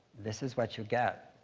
this is what you get.